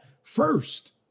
first